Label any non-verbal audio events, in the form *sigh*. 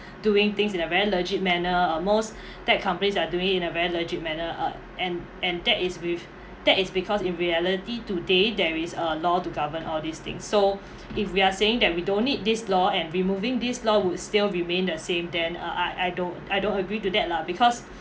doing things in a very legit manner uh most *breath* tech companies are doing it in a very legit manner uh and and that is with that is because in reality today there is a law to govern all these things so *breath* if we're saying that we don't need this law and removing this law would still remain the same then uh I I don't I don't agree to that lah because